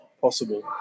Possible